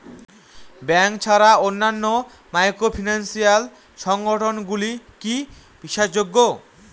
Bank ছাড়া অন্যান্য microfinance সংগঠন গুলি কি বিশ্বাসযোগ্য?